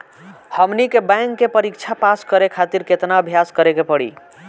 हमनी के बैंक के परीक्षा पास करे खातिर केतना अभ्यास करे के पड़ी?